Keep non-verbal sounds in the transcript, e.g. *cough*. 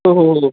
*unintelligible*